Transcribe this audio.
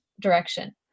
direction